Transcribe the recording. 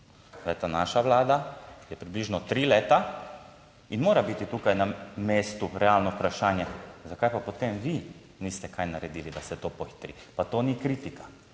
naša vlada je približno tri leta in mora biti tukaj na mestu realno vprašanje, zakaj pa potem vi niste kaj naredili, da se to pohitri? Pa to ni kritika,